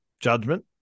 judgment